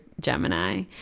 gemini